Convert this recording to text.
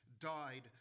died